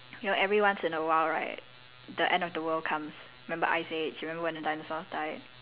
you know every once in a while right the end of the world comes remember iced age remember when the dinosaurs died